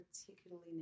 particularly